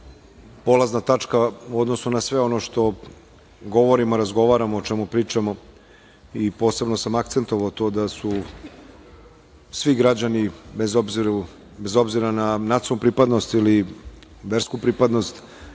polazna tačka u odnosu na sve ono što govorimo, razgovaramo, o čemu pričamo i posebno sam akcentovao to da su svi građani bez obzira na nacionalnu pripadnost ili versku pripadnost